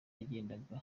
yagendaga